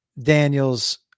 Daniels